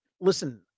Listen